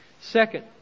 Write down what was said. Second